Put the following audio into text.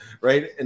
right